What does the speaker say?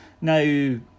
Now